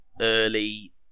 early